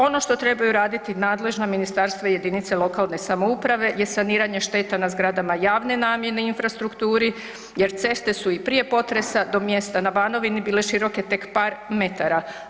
Ono što trebaju raditi nadležna ministarstva i jedinice lokalne samouprave je saniranje šteta na zgradama javne namjene i infrastrukturi jer ceste su i prije potresa do mjesta na Banovini bile široke tek par metara.